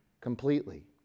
completely